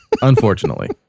Unfortunately